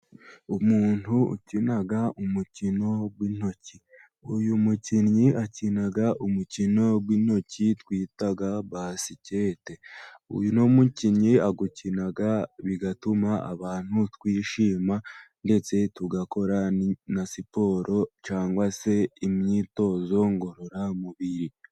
Umuntu ukina umukino w'intoki. Uyu mukinnyi akina umukino w'intoki twita basikete. Uno mukinnyi arawukina bigatuma abantu twishima, ndetse tugakora na siporo cyangwa se imyitozo ngororamubiri.